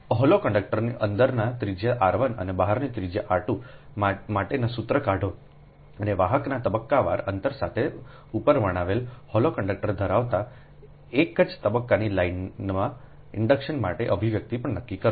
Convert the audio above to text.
hollow કંડક્ટરના અંદરના ત્રિજ્યા r 1 અને બહારના ત્રિજ્યા r 2 માટેના સૂત્રને કાઢોઅને વાહકનાતબક્કાવાર અંતરસાથે ઉપર વર્ણવેલ હોલો કંડકટર ધરાવતા એક જ તબક્કાની લાઇનના ઇન્ડક્શન માટે અભિવ્યક્તિ પણ નક્કી કરો